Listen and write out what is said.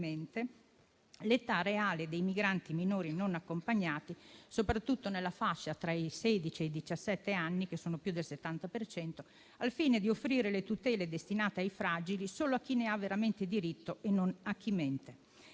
celermente l'età reale dei migranti minori non accompagnati, soprattutto nella fascia tra i sedici e i diciassette anni (che sono più del 70 per cento), al fine di offrire le tutele destinate ai fragili solo a chi ne ha veramente diritto e non a chi mente.